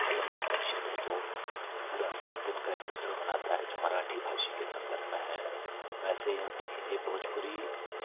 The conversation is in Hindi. समन्वय परिषद है वो पूरा सात दिन का एक उत्सव मनाता है जो मराठी भाषी के संदर्भ में है वैसे ही आप देखेंगे भोजपुरी